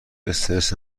استرس